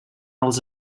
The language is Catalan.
els